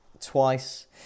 twice